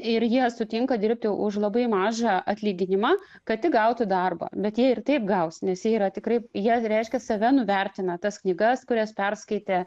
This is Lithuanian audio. ir jie sutinka dirbti už labai mažą atlyginimą kad tik gautų darbą bet jie ir taip gaus nes jie yra tikrai jie reiškia save nuvertina tas knygas kurias perskaitė